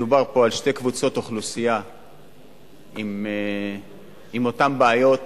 מדובר פה על שתי קבוצות אוכלוסייה עם אותן בעיות,